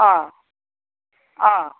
অঁ অঁ